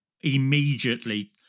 immediately